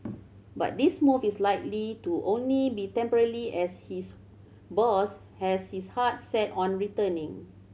but this move is likely to only be temporary as his boss has his heart set on returning